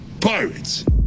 pirates